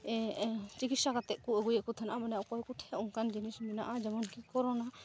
ᱪᱤᱠᱤᱛᱥᱥᱟ ᱠᱟᱛᱮᱫᱠᱚ ᱟᱹᱜᱩᱭᱮᱫᱠᱚ ᱛᱮᱦᱮᱱᱚᱜᱼᱟ ᱢᱟᱱᱮ ᱚᱠᱚᱭᱠᱚ ᱴᱷᱮᱱ ᱚᱱᱠᱟᱱ ᱡᱤᱱᱤᱥ ᱢᱮᱱᱟᱜᱼᱟ ᱡᱮᱢᱚᱱᱠᱤ ᱠᱚᱨᱚᱱᱟ